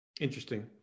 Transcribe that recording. Interesting